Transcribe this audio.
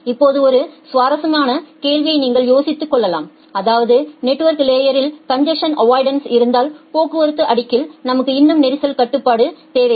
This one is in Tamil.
இப்போது ஒரு சுவாரஸ்யமான கேள்வியை நீங்கள் யோசித்துக் கொள்ளலாம் அதாவது நெட்வொர்க் லேயரில் கன்ஜசன் அவ்வாய்டன்ஸ் இருந்தால் போக்குவரத்து அடுக்கில் நமக்கு இன்னும் நெரிசல் கட்டுப்பாடு தேவையா